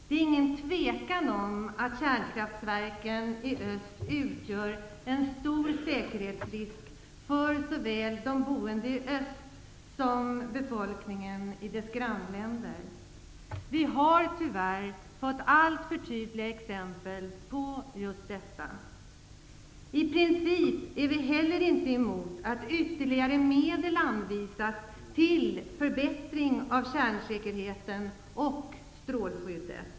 Det är inget tvivel om att kärnkraftverken i Östeuropa utgör en stor säkerhetsrisk för såväl de boende i Östeuropa som befolkningen i deras grannländer. Vi har tyvärr fått alltför tydliga exempel på just detta. I princip är vi inte heller emot att ytterligare medel anvisas till förbättring av kärnsäkerheten och strålskyddet.